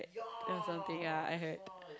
or something yeah I heard